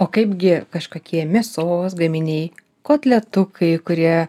o kaipgi kažkokie mėsos gaminiai kotletukai kurie